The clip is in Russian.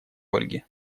ольге